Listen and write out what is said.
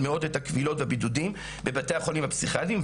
מאוד את הכבילות והבידודים בבתי החולים הפסיכיאטריים,